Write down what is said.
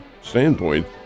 standpoint